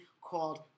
called